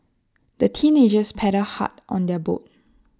the teenagers paddled hard on their boat